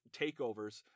takeovers